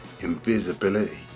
invisibility